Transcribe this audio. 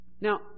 Now